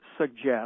suggest